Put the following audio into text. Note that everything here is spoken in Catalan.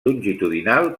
longitudinal